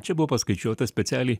čia buvo paskaičiuota specialiai